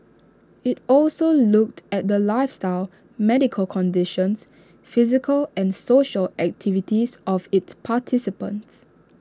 IT also looked at the lifestyles medical conditions physical and social activities of its participants